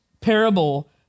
parable